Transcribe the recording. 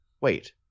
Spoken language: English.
wait